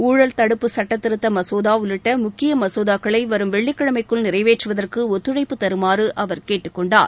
ஊழல் தடுப்பு சுட்டத் திருத்த மசோதா உள்ளிட்ட முக்கிய மசோதாக்களை வரும் வெள்ளிக்கிழமைக்குள் நிறைவேற்றுவதற்கு ஒத்துழைப்பு தருமாறு அவர் கேட்டுக்கொண்டார்